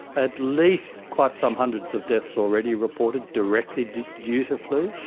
at least quite some hundreds of deaths already reported directly due due to flu,